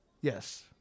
Yes